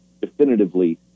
definitively